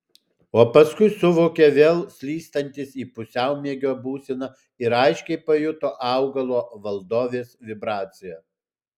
o paskui suvokė vėl slystantis į pusiaumiegio būseną ir aiškiai pajuto augalo valdovės vibraciją